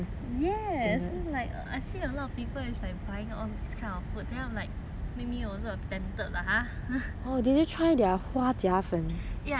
a lot of people it's like buying all this kind of food then I'm like make me also tempted !huh! ya that one I also try already actually I I a bit